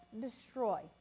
destroy